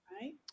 Right